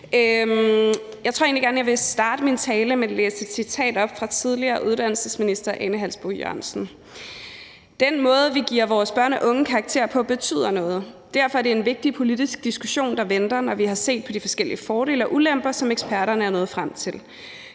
jeg vil starte min tale med at læse et citat fra tidligere uddannelsesminister Ane Halsboe-Jørgensen op: »Den måde vi giver vores børn og unge karakterer på betyder noget. Derfor er det en vigtig politisk diskussion, der venter, når vi har set på de forskellige fordele og ulemper, som eksperterne er nået frem til.